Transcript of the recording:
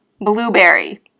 Blueberry